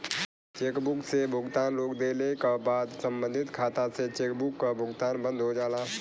chequebook से भुगतान रोक देले क बाद सम्बंधित खाता से चेकबुक क भुगतान बंद हो जाला